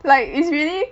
like it's really